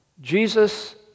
Jesus